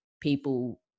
people